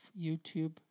YouTube